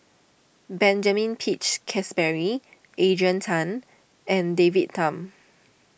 Benjamin Peach Keasberry Adrian Tan and David Tham